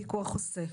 הפיקוח עושה.